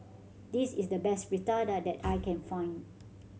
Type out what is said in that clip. this is the best Fritada that I can find